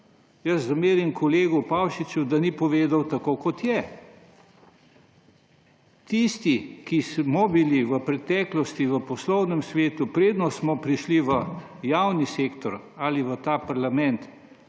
Jaz zamerim kolegu Pavšiču, da ni povedal tako, kot je. Tisti, ki smo bili v preteklosti v poslovnem svetu, preden smo prišli v javni sektor ali v ta parlament,